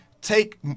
take